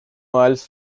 miles